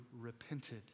repented